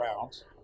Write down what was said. pounds